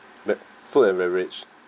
food and beverage